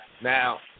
Now